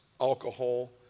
alcohol